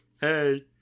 hey